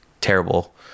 terrible